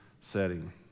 setting